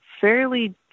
fairly